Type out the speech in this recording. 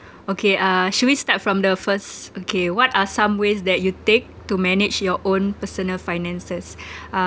okay uh should we start from the first okay what are some ways that you take to manage your own personal finances uh